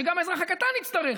שגם האזרח הקטן יצטרך.